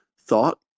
thought